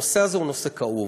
הנושא הזה הוא נושא כאוב,